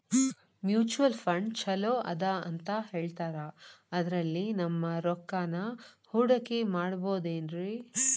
Mutual fund ಛಲೋ ಅದಾ ಅಂತಾ ಹೇಳ್ತಾರ ಅದ್ರಲ್ಲಿ ನಮ್ ರೊಕ್ಕನಾ ಹೂಡಕಿ ಮಾಡಬೋದೇನ್ರಿ?